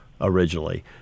originally